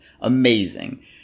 amazing